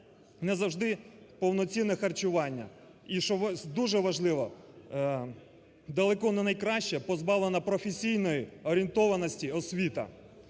не завжди повноцінне харчування. І що дуже важливо – далеко не найкраща позбавлена професійної орієнтованості освіта.